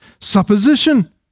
supposition